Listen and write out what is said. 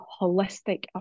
holistic